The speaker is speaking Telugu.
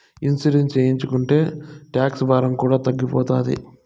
ఇన్సూరెన్స్ చేయించుకుంటే టాక్స్ భారం కూడా తగ్గిపోతాయి